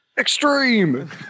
extreme